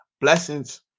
blessings